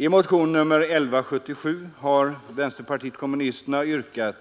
I motionen 1177 har vänsterpartiet kommunisterna yrkat